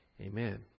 Amen